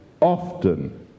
often